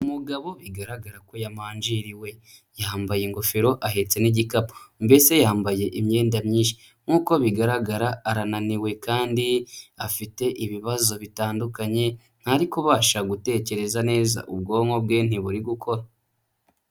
Umugabo bigaragara ko yamanjiriwe. Yambaye ingofero, ahetse n'igikapu, mbese yambaye imyenda myinshi. Nk'uko bigaragara arananiwe kandi afite ibibazo bitandukanye, ntari kubasha gutekereza neza, ubwonko bwe ntiburi gukora.